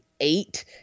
eight